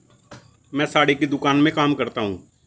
मैं साड़ी की दुकान में काम करता हूं